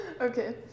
okay